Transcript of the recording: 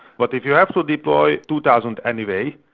but if you have to deploy two thousand anyway,